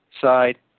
side